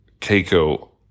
Keiko